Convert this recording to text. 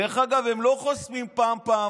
דרך אגב, הם לא חוסמים פעם-פעמיים,